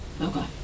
Okay